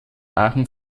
aachen